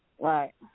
Right